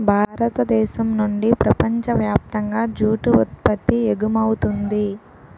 భారతదేశం నుండి ప్రపంచ వ్యాప్తంగా జూటు ఉత్పత్తి ఎగుమవుతుంది